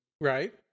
Right